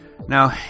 Now